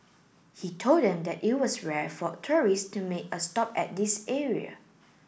he told them that it was rare for tourist to make a stop at this area